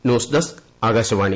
news desk Akashvani